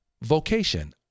vocation